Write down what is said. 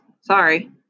sorry